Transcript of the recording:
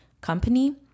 company